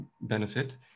benefit